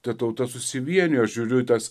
ta tauta susivienijo aš žiūriu į tas